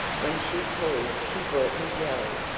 when she called she brought me jelly,